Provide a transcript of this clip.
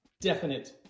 definite